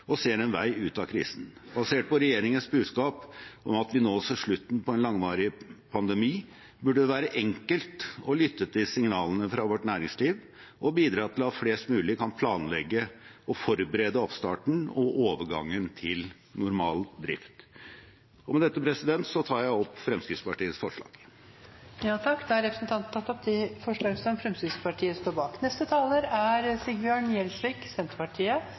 og ser en vei ut av krisen. Basert på regjeringens budskap om at vi nå ser slutten på en langvarig pandemi, burde det være enkelt å lytte til signalene fra vårt næringsliv og bidra til at flest mulig kan planlegge og forberede oppstarten og overgangen til normal drift. Med dette tar jeg opp Fremskrittspartiets forslag. Representanten Hans Andreas Limi har tatt opp